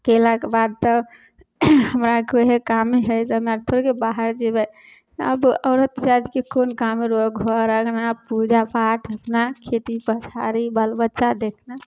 केलाके बाद तऽ हमरा आरके वएह कामे हइ हमरा आरके थोड़के बाहर जेबै आब तऽ औरत जातिके कोन कामे रहै हइ घर अँगना पूजापाठ अपना खेती पथारी बाल बच्चा देखनाइ